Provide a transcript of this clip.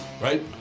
right